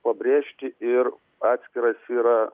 pabrėžti ir atskiras yra